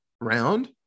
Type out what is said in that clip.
round